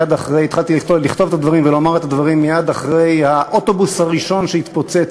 התחלתי לכתוב ולומר את הדברים מייד אחרי האוטובוס הראשון שהתפוצץ,